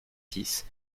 six